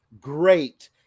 Great